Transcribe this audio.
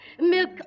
milk